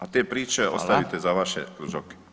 A te priče ostavite za vaše kružoke.